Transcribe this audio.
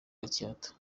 gatsata